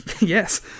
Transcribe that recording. Yes